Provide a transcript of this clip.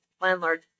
landlord